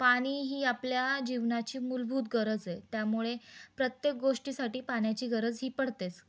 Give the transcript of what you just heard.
पाणी ही आपल्या जीवनाची मूलभूत गरज आहे त्यामुळे प्रत्येक गोष्टीसाठी पाण्याची गरज ही पडतेच